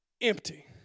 empty